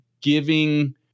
giving